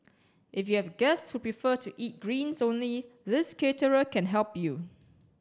if you have guests who prefer to eat greens only this caterer can help you